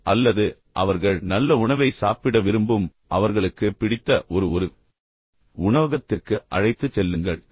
அல்லது அவர்கள் நல்ல உணவை சாப்பிட விரும்பும் அவர்களுக்கு பிடித்த ஒரு ஒரு உணவகத்திற்கு அழைத்துச் செல்கிறீர்கள் அங்கு